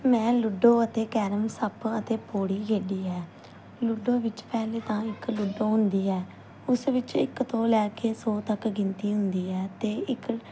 ਮੈਂ ਲੁੱਡੋ ਅਤੇ ਕੈਰਮ ਸੱਪ ਅਤੇ ਪੌੜੀ ਖੇਡੀ ਹੈ ਲੁੱਡੋ ਵਿੱਚ ਪਹਿਲੇ ਤਾਂ ਇੱਕ ਲੁੱਡੋ ਹੁੰਦੀ ਹੈ ਉਸ ਵਿੱਚ ਇੱਕ ਤੋਂ ਲੈ ਕੇ ਸੌ ਤੱਕ ਗਿਣਤੀ ਹੁੰਦੀ ਹੈ ਅਤੇ ਇੱਕ